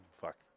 Fuck